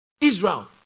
Israel